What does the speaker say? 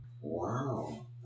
Wow